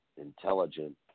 intelligent